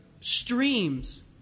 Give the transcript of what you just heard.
streams